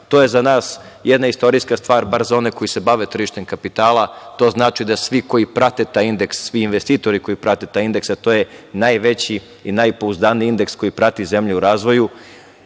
To je za nas jedna istorijska stvar, bar za one koji se bave tržištem kapitala, to znači da svi koji prate taj indeks, svi investitori koji prate taj indeks, to je najveći i najpouzdaniji indeks koji prati zemlje u razvoju,